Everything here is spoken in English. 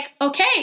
okay